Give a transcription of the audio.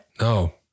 No